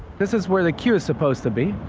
this is where the queue is supposed to be